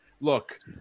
Look